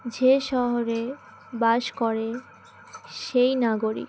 যে শহরে বাস করে সেই নাগরিক